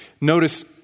Notice